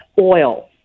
oil